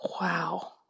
Wow